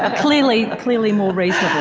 ah clearly clearly more reasonable.